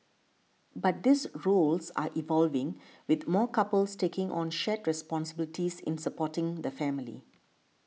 but these roles are evolving with more couples taking on shared responsibilities in supporting the family